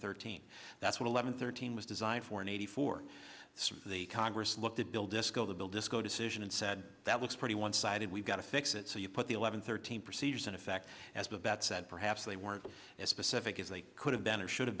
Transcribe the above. thirteen that's what eleven thirteen was designed for in eighty four the congress looked at bill disco the bill disco decision and said that looks pretty one sided we've got to fix it so you put the eleven thirteen procedures in effect as the vet said perhaps they weren't as specific as they could have been or should have